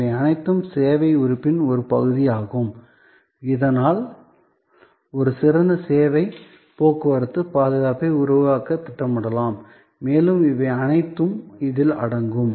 இவை அனைத்தும் சேவை உறுப்பின் ஒரு பகுதியாகும் இதனால் ஒரு சிறந்த சேவை போக்குவரத்து பாதுகாப்பை உருவாக்க திட்டமிடலாம் மேலும் இவை அனைத்தும் இதில் அடங்கும்